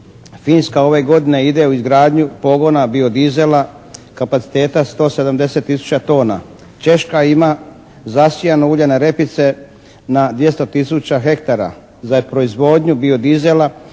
Finska ove godine ide u izgradnju pogona bio dizela, kapaciteta 170 tisuća tona. Češka ima zasijano uljane repice na 200 tisuća hektara za proizvodnju bio dizela